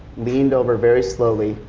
leaned over very slowly,